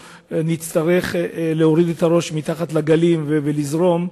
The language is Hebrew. ונצטרך להוריד את הראש מתחת לגלים ולזרום.